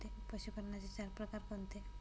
पशुपालनाचे चार प्रकार कोणते?